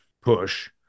push